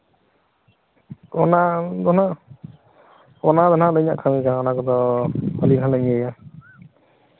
ᱚᱱᱟ ᱜᱟᱱᱚᱜᱼᱟ ᱚᱱᱟ ᱫᱚ ᱦᱟᱸᱜ ᱟᱹᱞᱤᱧᱟᱜ ᱠᱟᱹᱢᱤ ᱠᱟᱱᱟ ᱚᱱᱟ ᱠᱚᱫᱚ ᱟᱹᱞᱤᱧ ᱦᱟᱸᱜ ᱞᱤᱧ ᱤᱭᱟᱹᱭᱟ